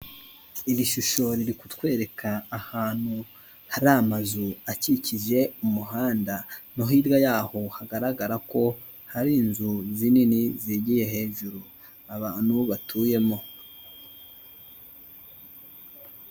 Iri shusho riri kutwereka ahantu hari amazu akikije umuhanda no hirya yaho hagaragara ko hari inzu zinini zigiye hejuru abantu batuyemo.